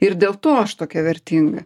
ir dėl to aš tokia vertinga